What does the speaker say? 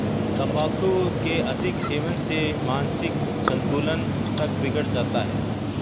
तंबाकू के अधिक सेवन से मानसिक संतुलन तक बिगड़ जाता है